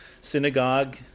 synagogue